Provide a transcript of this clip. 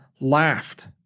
laughed